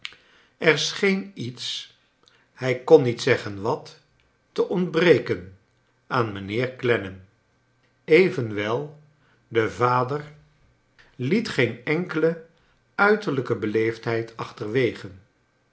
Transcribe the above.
er scheen iets hij kon niet zeggen wat te ontbreken aan mijnheer clennam evenwel de vader liet geen enkele niterlijke beleefdheid achterwege